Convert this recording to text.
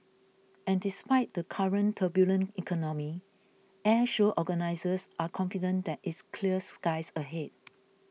and despite the current turbulent economy Airshow organisers are confident that it's clear skies ahead